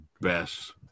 best